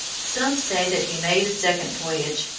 some say that he made a second voyage,